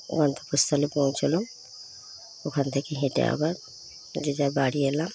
গন্তব্যস্থলে পৌঁছালুম ওখান থেকে হেঁটে আবার যে যার বাড়ি এলাম